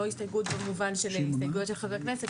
לא הסתייגות במובן של הסתייגויות של חברי כנסת,